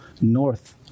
North